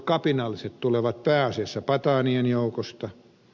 kapinalliset tulevat pääasiassa pataanien joukosta